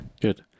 good